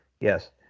Yes